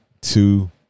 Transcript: two